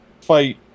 fight